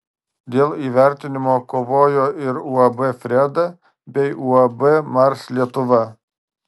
dėl įvertinimo kovojo ir uab freda bei uab mars lietuva